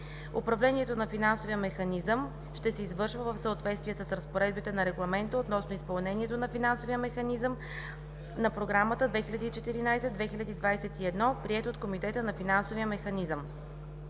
Управлението на Финансовия механизъм ще се извършва в съответствие с разпоредбите на Регламента относно изпълнението на Финансовия механизъм на Програмата 2014 – 2021 г., приет от Комитета на Финансовия механизъм.